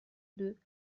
deux